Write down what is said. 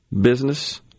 business